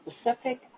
specific